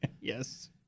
Yes